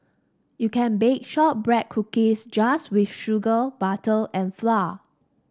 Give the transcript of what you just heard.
you can bake shortbread cookies just with sugar butter and flour